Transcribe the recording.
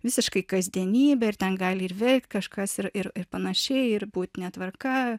visiškai kasdienybė ir ten gali veikt kažkas ir ir ir panašiai ir būti netvarka